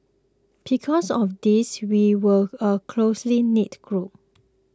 because of this we were a closely knit group